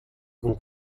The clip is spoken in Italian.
con